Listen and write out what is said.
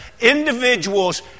individuals